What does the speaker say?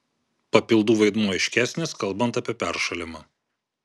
papildų vaidmuo aiškesnis kalbant apie peršalimą